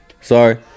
Sorry